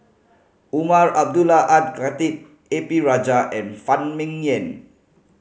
Umar Abdullah Al Khatib A P Rajah and Phan Ming Yen